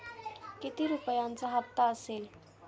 किती रुपयांचा हप्ता असेल?